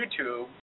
YouTube